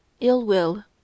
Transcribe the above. ill-will